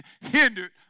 hindered